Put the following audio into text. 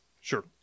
Sure